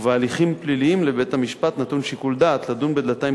ובהליכים פליליים לבית-המשפט נתון שיקול דעת לדון בדלתיים